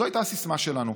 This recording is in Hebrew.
זאת הייתה הסיסמה שלנו,